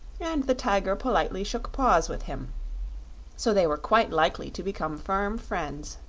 and the tiger politely shook paws with him so they were quite likely to become firm friends.